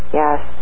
yes